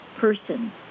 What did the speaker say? person